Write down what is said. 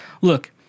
look